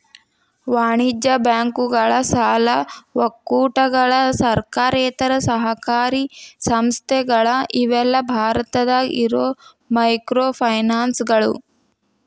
ವಾಣಿಜ್ಯ ಬ್ಯಾಂಕುಗಳ ಸಾಲ ಒಕ್ಕೂಟಗಳ ಸರ್ಕಾರೇತರ ಸಹಕಾರಿ ಸಂಸ್ಥೆಗಳ ಇವೆಲ್ಲಾ ಭಾರತದಾಗ ಇರೋ ಮೈಕ್ರೋಫೈನಾನ್ಸ್ಗಳು